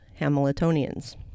Hamiltonians